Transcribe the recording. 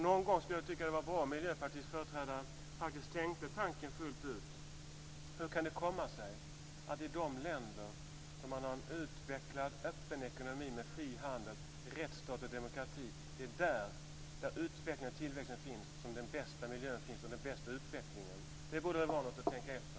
Någon gång skulle jag tycka att det var bra om Miljöpartiets företrädare faktiskt tänkte den tanken fullt ut. Det är i de länder där man har en utvecklad öppen ekonomi med fri handel, rättsstat och demokrati som utvecklingen och tillväxten finns och det är där som den bästa miljön finns. Det borde väl vara något att tänka på.